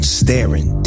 staring